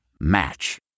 Match